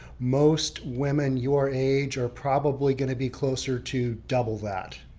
most women your age are probably going to be closer to double that.